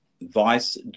vice